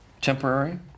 temporary